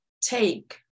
take